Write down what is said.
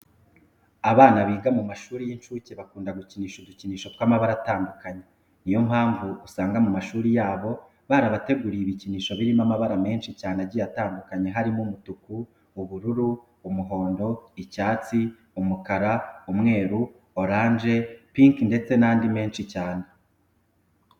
Abana biga mu mashuri y'inshuke bakunda gukinisha udukinisho tw'amabara atandukanye. Niyo mpamvu uzasanga mu mashuri yabo barabateguriye ibikinisho birimo amabara menshi cyane agiye atandukanye harimo umutuku, ubururu, umuhondo, icyatsi, umukara, umweru, oranje, pinki ndetse n'andi menshi cyane.